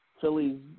Philly's